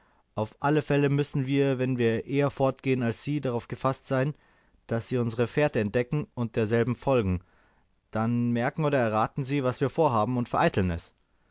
auf alle fälle müssen wir wenn wir eher fortgehen als sie darauf gefaßt sein daß sie unsere fährte entdecken und derselben folgen dann merken oder erraten sie was wir vorhaben und vereiteln es